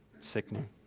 sickening